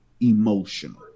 emotional